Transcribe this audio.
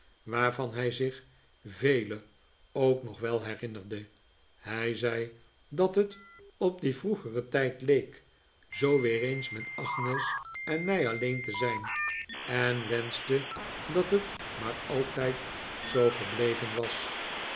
waarvan hij zich vele ook nog wel herinnerde hij zei dat het op dien vroegeren tijd leek zoo weer eens met agnes en mij alleen te zijn en wenschte dat het maar altijd zoo gebleven was